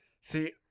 See